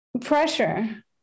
pressure